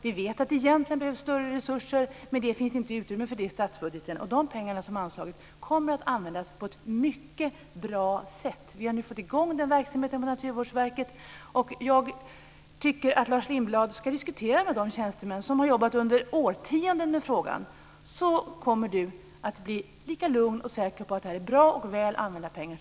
Vi vet att det egentligen behövs större resurser, men det finns inte utrymme för detta i statsbudgeten. De pengar som anslagits kommer att användas på ett mycket bra sätt. Vi har nu fått i gång den här verksamheten på Naturvårdsverket, och jag tycker att Lars Lindblad ska diskutera med de tjänstemän som har jobbat i årtionden med frågan. Då kommer Lars Lindblad att bli lika lugn och lika säker som vi på att det här är bra använda pengar.